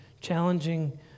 challenging